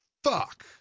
fuck